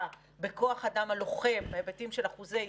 בכוח האדם הלוחם בהיבטים של אחוזי איוש,